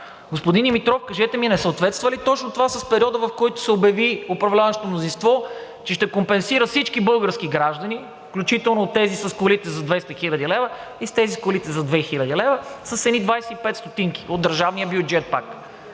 господин Димитров, кажете ми, не съответства ли точно това с периода, в който се обяви управляващото мнозинство, че ще компенсира всички български граждани, включително тези с колите за 200 хил. лв., и тези с колите за 2 хил. лв. с едни 25 стотинки пак от държавния бюджет.